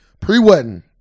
Pre-wedding